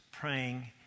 praying